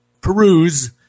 peruse